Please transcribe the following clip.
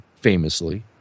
famously